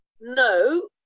no